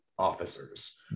Officers